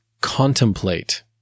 contemplate